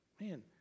Man